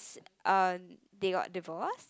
ao~ um they got divorced